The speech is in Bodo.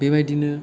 बेबायदिनो